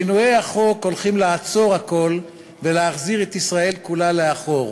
שינויי החוק הולכים לעצור הכול ולהחזיר את ישראל כולה לאחור.